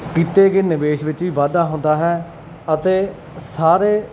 ਕੀਤੇ ਗਏ ਨਿਵੇਸ਼ ਵਿੱਚ ਵੀ ਵਾਧਾ ਹੁੰਦਾ ਹੈ ਅਤੇ ਸਾਰੇ